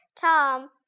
Tom